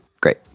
great